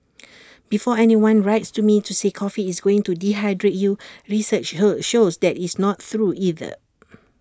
before anyone writes to me to say coffee is going to dehydrate you research shows that is not true either